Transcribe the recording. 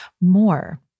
more